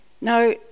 Now